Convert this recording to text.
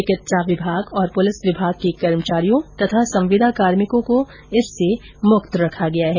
चिकित्सा और पुलिस विभाग के कर्मचारियों तथा संविदा कार्मिकों को इससे मुक्त रखा गया है